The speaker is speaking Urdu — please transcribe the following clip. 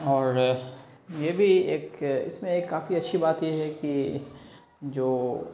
اور یہ بھی ایک اس میں کافی اچھی بات یہ ہے کہ جو